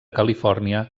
califòrnia